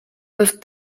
with